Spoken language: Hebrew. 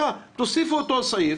הילדים של השכבות הנמוכות והחלשות במדינת